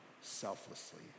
selflessly